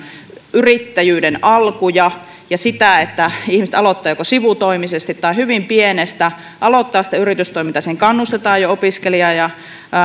yrittäjyyden alkuja ja sitä että ihmiset joko sivutoimisesti tai hyvin pienestä aloittavat sitä yritystoimintaa siihen kannustetaan jo opiskelijoiden ja